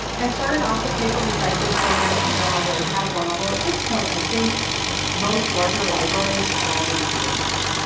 and start an office paper recycling program if you don't already have one, although, at this point, i think most larger libraries are already doing that,